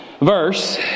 verse